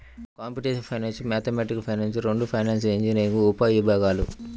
computational finance, mathematical finance రెండూ financial engineering ఉపవిభాగాలు